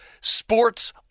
sports